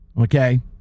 okay